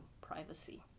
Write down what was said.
privacy